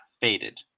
faded